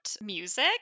music